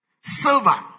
silver